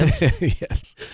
Yes